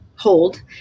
Hold